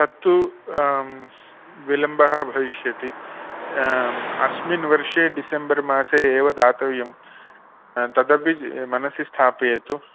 तत्तु विलम्बः भविष्यति अस्मिन् वर्षे डिसेम्बर् मासे एव दातव्यम् तदपि मनसि स्थापयतु